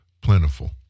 plentiful